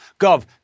Gov